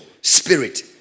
spirit